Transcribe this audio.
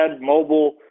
mobile